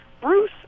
Bruce